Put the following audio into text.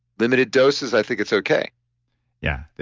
limited doses i think it's okay yeah,